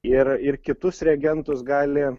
ir ir kitus reagentus gali